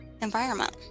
environment